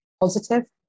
positive